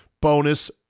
bonus